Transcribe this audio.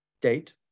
date